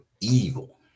evil